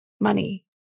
money